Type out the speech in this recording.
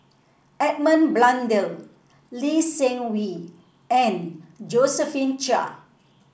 Edmund Blundell Lee Seng Wee and Josephine Chia